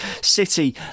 City